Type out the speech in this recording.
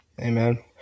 Amen